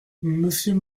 monsieur